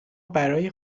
برای